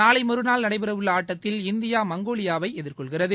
நாளை மறுநாள் நடைபெறவுள்ள ஆட்டத்தில் இந்தியா மங்கோலியாவை எதிர்கொள்கிறது